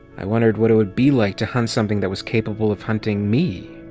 i wondered what it would be like to hunt something that was capable of hunting me.